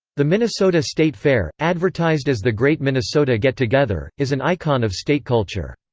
the minnesota state fair, advertised as the great minnesota get-together, is an icon of state culture.